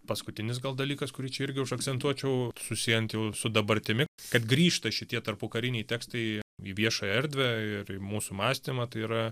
paskutinis gal dalykas kurį čia irgi užakcentuočiau susiejant jau su dabartimi kad grįžta šitie tarp pokariniai tekstai į į viešąją erdvę ir į mūsų mąstymą tai yra